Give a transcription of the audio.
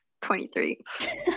23